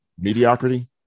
Mediocrity